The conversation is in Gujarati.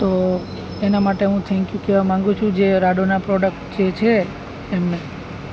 તો એના માટે હું થેન્ક યુ કહેવા માગું છું જે રાડોનાં પ્રોડક્ટ જે છે એમને